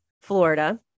Florida